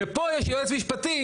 ופה יש יועץ משפטי,